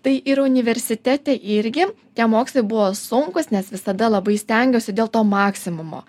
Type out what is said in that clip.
tai ir universitete irgi tie mokslai buvo sunkūs nes visada labai stengiuosi dėl to maksimumo